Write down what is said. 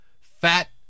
Fat